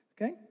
okay